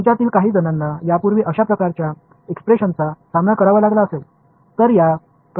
तुमच्यातील काही जणांना यापूर्वी अशा प्रकारच्या एक्सप्रेशनचा सामना करावा लागला असेल